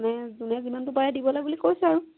মানে যোনে যিমানটো পাৰে দিবলৈ বুলি কৈছে আৰু